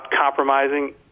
compromising